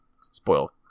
spoil